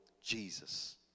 Jesus